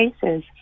cases